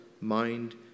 mind